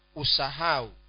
usahau